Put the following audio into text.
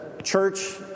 Church